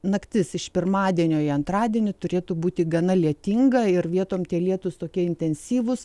naktis iš pirmadienio į antradienį turėtų būti gana lietinga ir vietom tie lietūs tokie intensyvūs